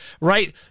right